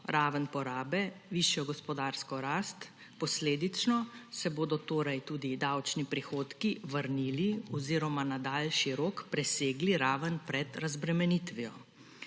raven porabe, višjo gospodarsko rast, posledično se bodo torej tudi davčni prihodki vrnili oziroma na daljši rok presegli raven pred razbremenitvijo.